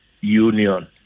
Union